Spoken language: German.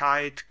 wird